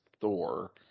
Thor